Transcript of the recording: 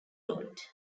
route